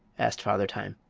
asked father time.